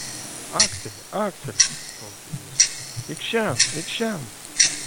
akseli akseli šaukė jis eikš šen eikš šen